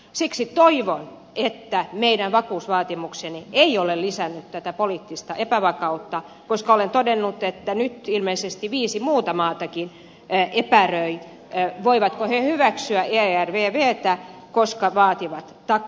siksi toivon että meidän vakuusvaatimuksemme ei ole lisännyt tätä poliittista epävakautta koska olen todennut että nyt ilmeisesti viisi muutakin maata epäröi voivatko ne hyväksyä ervvtä koska vaativat takuita